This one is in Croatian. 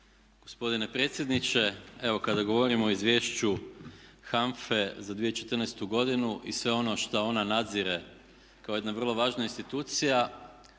gospodine predsjedniče. Evo kada govorimo o izvješću HANFA-e za 2014.godinu i sve ono šta ona nadzire kao jedna vrlo važna institucija